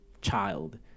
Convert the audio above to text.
child